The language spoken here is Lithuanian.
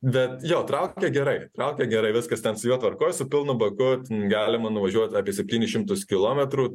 bet jo traukia gerai traukia gerai viskas ten su juo tvarkoj su pilnu baku galima nuvažiuot apie septynis šimtus kilometrų